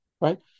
right